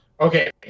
Okay